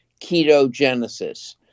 ketogenesis